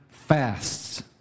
fasts